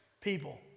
people